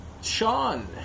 Sean